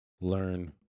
Learn